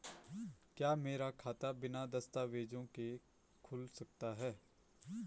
क्या मेरा खाता बिना दस्तावेज़ों के खुल सकता है?